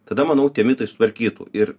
tada manau tie mitai sutvarkytų ir